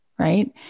right